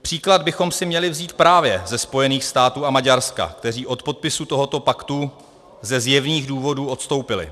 Příklad bychom si měli vzít právě ze Spojených států a Maďarska, kteří od podpisu tohoto paktu ze zjevných důvodů odstoupili.